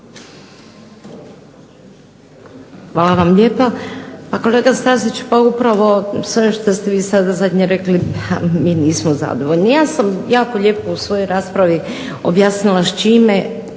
Hvala vam lijepa. Pa kolega Stazić, pa upravo sve što ste vi sada zadnje rekli mi nismo zadovoljni. Ja sam jako lijepo u svojoj raspravi objasnila s čime